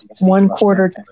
one-quarter